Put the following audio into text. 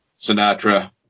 Sinatra